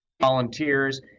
volunteers